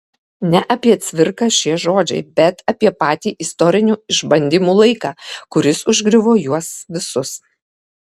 ne apie cvirką šie žodžiai bet apie tą patį istorinių išbandymų laiką kuris užgriuvo juos visus